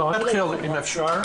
אני רוצה להתחיל אם אפשר.